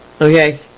Okay